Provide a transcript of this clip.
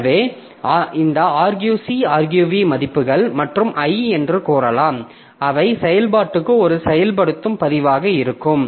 எனவே இந்த argc agrv மதிப்புகள் மற்றும் i என்று கூறலாம் அவை செயல்பாட்டுக்கு ஒரு செயல்படுத்தும் பதிவாக இருக்கும்